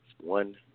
one